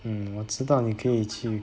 um 我知道你可以去